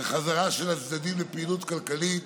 וחזרה של הצדדים לפעילות כלכלית,